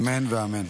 אמן ואמן.